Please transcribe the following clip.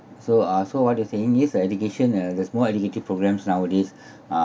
so uh so what you're saying is education uh there's more educative programmes nowadays